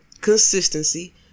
consistency